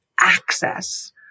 access